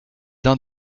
d’un